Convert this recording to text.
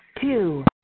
Two